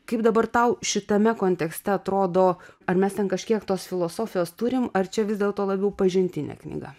kaip dabar tau šitame kontekste atrodo ar mes ten kažkiek tos filosofijos turim ar čia vis dėlto labiau pažintinė knyga